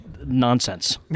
Nonsense